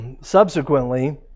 subsequently